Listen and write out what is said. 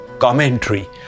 commentary